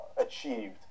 achieved